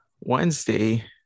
Wednesday